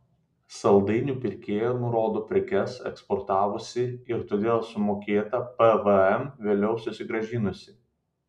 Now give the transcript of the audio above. saldainių pirkėja nurodo prekes eksportavusi ir todėl sumokėtą pvm vėliau susigrąžinusi